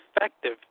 effective